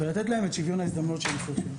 ולתת להם את שוויון ההזדמנויות שהם צריכים.